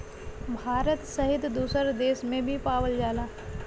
भारत सहित दुसर देस में भी पावल जाला